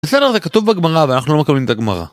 בסדר זה כתוב בגמרא ואנחנו לא מקבלים את הגמרא